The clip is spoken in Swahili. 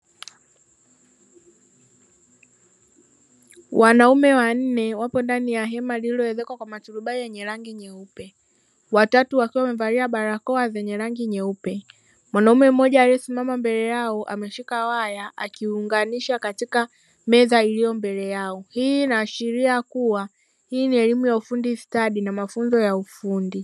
Wanaume wanne wapo ndani ya hema lililoezekwa na maturubali yenye rangi nyeupe, watatu wakiwa wamevalia barakoa zenye rangi nyeupe mwanaume mmoja aliyesimama mbele yao ameshika waya kuunganisha katika meza iliyopo mbele yao. Hii inaashiria kuwa ni elimu ya ufundi stadi na mafunzo ya ufundi.